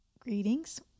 Greetings